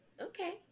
Okay